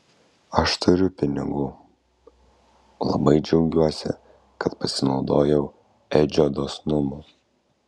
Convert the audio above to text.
aš turiu pinigų labai džiaugiuosi kad pasinaudojau edžio dosnumu